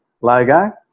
logo